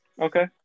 Okay